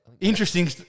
Interesting